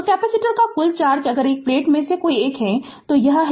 तो कैपेसिटर का कुल चार्ज अगर प्लेट में से कोई एक है तो यह है और यह है